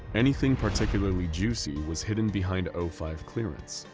anything particularly juicy was hidden behind o five clearance.